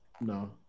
No